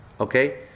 Okay